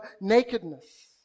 nakedness